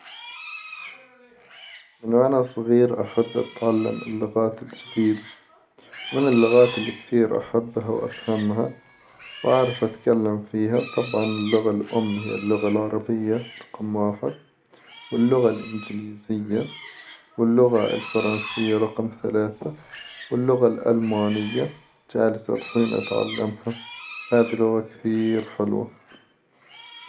من وأنا صغير أحب أتعلم اللغات الجديدة، من اللغات الكثير أحبها وأفهمها وأعرف أتكلم فيها طبعا اللغة الأم هي اللغة العربية رقم واحد، واللغة الإنجليزية، واللغة الفرنسية رقم ثلاثة، واللغة الألمانية جالس الحين أتعلمها هذي اللغة كثير حلوة.